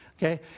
Okay